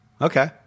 Okay